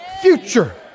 future